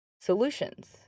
solutions